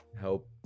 help